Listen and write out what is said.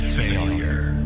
failure